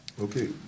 Okay